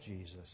Jesus